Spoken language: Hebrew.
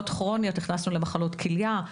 הכנסנו למחלות כליה,